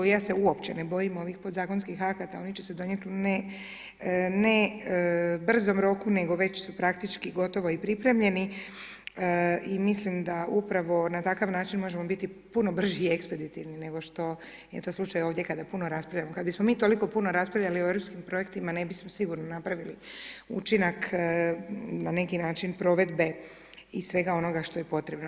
I ja se uopće ne bojim ovih podzakonskih akata, oni će se donijet, ne brzom roku, nego veću su praktički gotovo i pripremljeni, i mislim da upravo na takav način možemo biti puno brži i ekspeditivni nego što je to slučaj ovdje kada puno raspravljamo, kad bismo mi toliko puno raspravljali o europskim projektima, ne bismo sigurno napravili učinak na neki način provedbe i svega onoga što je potrebno.